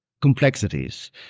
complexities